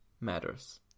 matters